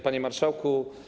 Panie Marszałku!